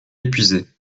épuisé